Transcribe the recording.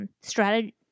strategy